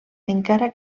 encara